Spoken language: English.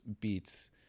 beats